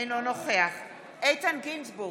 אינו נוכח איתן גינזבורג,